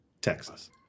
Texas